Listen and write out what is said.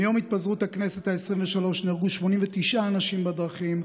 מיום התפזרות הכנסת העשרים-ושלוש נהרגו 89 אנשים בדרכים,